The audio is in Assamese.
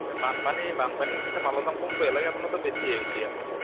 এই বানপানী বানপানী উঠিছে তে মালৰ দাম কমিব হে লাগে আপোনাৰ দেখোন বেছিয়ে হৈছে